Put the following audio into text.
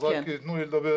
אז רק תנו לי לדבר,